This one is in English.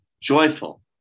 joyful